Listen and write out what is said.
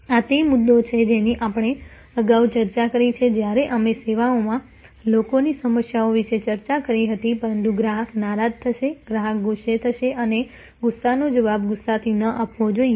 આ તે મુદ્દો છે જેની આપણે અગાઉ ચર્ચા કરી છે જ્યારે અમે સેવાઓમાં લોકોની સમસ્યાઓ વિશે ચર્ચા કરી હતી પરંતુ ગ્રાહક નારાજ થશે ગ્રાહક ગુસ્સે થશે અને તે ગુસ્સાનો જવાબ ગુસ્સાથી ન આપવો જોઈએ